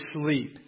sleep